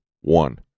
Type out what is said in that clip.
One